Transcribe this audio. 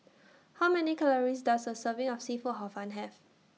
How Many Calories Does A Serving of Seafood Hor Fun Have